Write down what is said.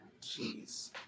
Jeez